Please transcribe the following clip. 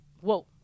Whoa